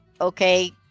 Okay